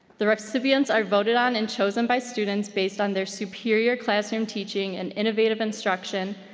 the recipients are voted on and chosen by students based on their superior classroom teaching and innovative instruction,